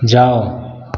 जाओ